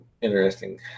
interesting